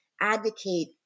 advocate